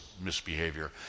misbehavior